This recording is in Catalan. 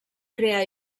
crear